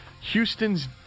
Houston's